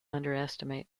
underestimate